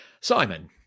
Simon